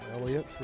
Elliott